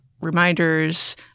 reminders